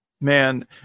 man